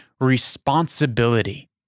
responsibility